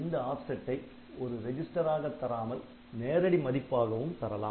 இந்த ஆப்செட்டை ஒரு ரிஜிஸ்டர் ஆக தராமல் நேரடி மதிப்பாகவும் தரலாம்